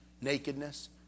nakedness